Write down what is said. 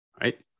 right